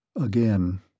Again